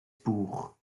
buch